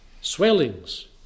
swellings